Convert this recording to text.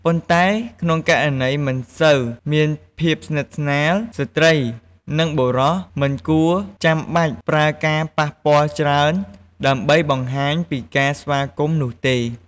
ប៉ុន្តែ ក្នុងករណីមិនសូវមានភាពស្និទ្ធស្នាល ស្ត្រី និង បុរស មិនគួរចាំបាច់ប្រើការប៉ះពាល់ច្រើន ដើម្បីបង្ហាញពីការស្វាគមន៍នោះទេ។